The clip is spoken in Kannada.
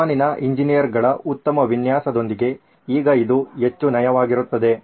ಜಪಾನಿನ ಎಂಜಿನಿಯರ್ಗಳ ಉತ್ತಮ ವಿನ್ಯಾಸಗಳೊಂದಿಗೆ ಈಗ ಇದು ಹೆಚ್ಚು ನಯವಾಗಿರುತ್ತದೆ